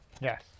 Yes